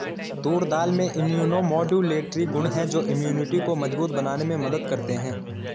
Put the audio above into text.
तूर दाल में immunomodulatory गुण हैं जो इम्यूनिटी को मजबूत बनाने में मदद करते है